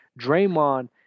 Draymond